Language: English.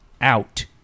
out